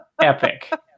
epic